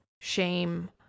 shame